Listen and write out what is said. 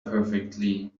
perfectly